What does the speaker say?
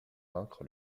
vaincre